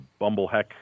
bumbleheck